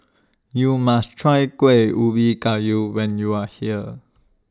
YOU must Try Kuih Ubi Kayu when YOU Are here